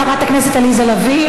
חברת הכנסת עליזה לביא?